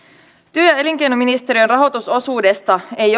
työ ja elinkeinoministeriön rahoitusosuudesta ei